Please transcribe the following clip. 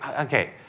okay